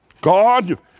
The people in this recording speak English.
God